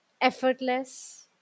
effortless